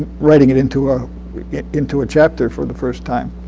writing it into ah it into a chapter for the first time.